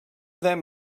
them